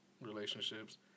relationships